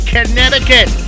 Connecticut